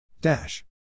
Dash